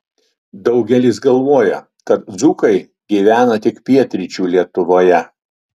daugelis galvoja kad dzūkai gyvena tik pietryčių lietuvoje